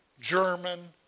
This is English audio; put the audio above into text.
German